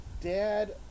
dad